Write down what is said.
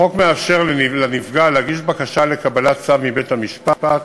החוק מאפשר לנפגע להגיש בקשה לקבלת צו מבית-המשפט,